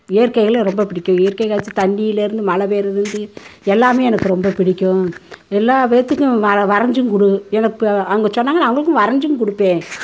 இயற்கைகளை ரொம்ப பிடிக்கும் இயற்கை காட்சி தண்ணியில் இருந்து மழை பெய்கிறது எல்லாமே எனக்கு ரொம்ப பிடிக்கும் எல்லா பேர்த்துக்கும் வல வரைஞ்சும் கொடு எனக்கு இப்போ அவங்க சொன்னாங்க நான் அவர்களுக்கும் வரைஞ்சும் கொடுப்பேன்